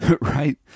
right